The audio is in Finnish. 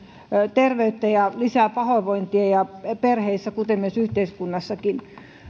terveyttä ja lisää pahoinvointia perheissä kuten myös yhteiskunnassakin